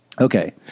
Okay